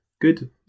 Good